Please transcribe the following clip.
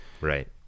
right